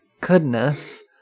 goodness